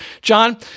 John